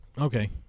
Okay